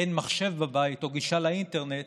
אין מחשב בבית או גישה לאינטרנט,